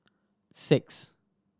six